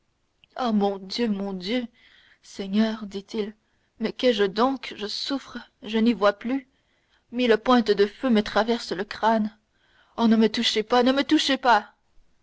ah mon dieu mon dieu seigneur dit-il mais qu'ai-je donc je souffre je n'y vois plus mille pointes de feu me traversent le crâne oh ne me touchez pas ne me touchez pas